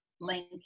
link